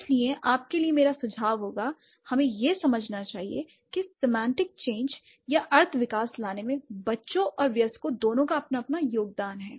इसलिए आपके लिए मेरा सुझाव होगा हमें यह समझना चाहिए कि सेमांटिक चेंज या अर्थ विकास लाने में बच्चों और वयस्कों दोनों का अपना अपना योगदान है